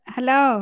Hello